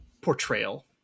portrayal